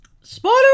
Spoiler